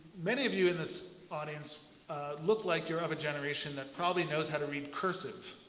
many of you in this audience look like you're of a generation that probably knows how to read cursive.